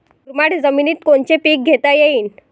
मुरमाड जमिनीत कोनचे पीकं घेता येईन?